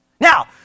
Now